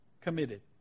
committed